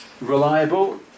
Reliable